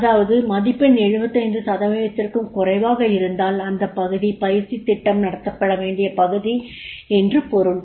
அதாவது மதிப்பெண் 75 சதவீதத்திற்கும் குறைவாக இருந்தால் அந்தப் பகுதி பயிற்சித் திட்டம் நடத்தப்பட வேண்டிய பகுதி என்று பொருள்